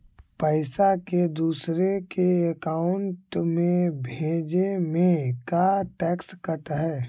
पैसा के दूसरे के अकाउंट में भेजें में का टैक्स कट है?